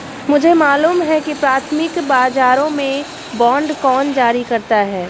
मुझे मालूम है कि प्राथमिक बाजारों में बांड कौन जारी करता है